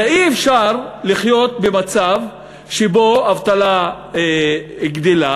הרי אי-אפשר לחיות במצב שבו אבטלה גדלה,